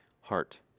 Heart